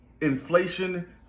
inflation